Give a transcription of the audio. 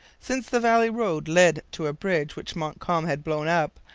since the valley road led to a bridge which montcalm had blown up,